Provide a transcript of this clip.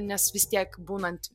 nes vis tiek būnant